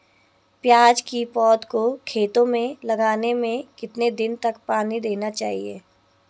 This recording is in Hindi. प्याज़ की पौध को खेतों में लगाने में कितने दिन तक पानी देना चाहिए?